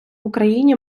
україні